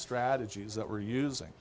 strategies that we're using